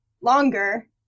longer